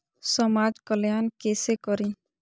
समाज कल्याण केसे करी?